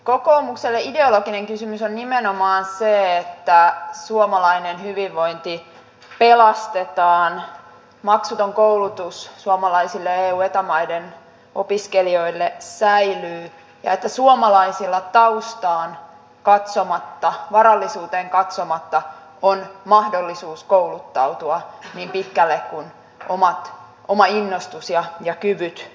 kokoomukselle ideologinen kysymys on nimenomaan se että suomalainen hyvinvointi pelastetaan maksuton koulutus suomalaisille eu ja eta maiden opiskelijoille säilyy ja että suomalaisilla taustaan katsomatta varallisuuteen katsomatta on mahdollisuus kouluttautua niin pitkälle kuin oma innostus ja omat kyvyt vievät